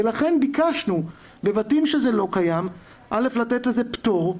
ולכן ביקשנו בבתים שזה לא קיים לתת לזה פטור.